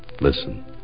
Listen